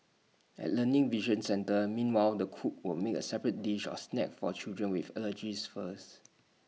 at learning vision centres meanwhile the cook will make A separate dish or snack for children with allergies first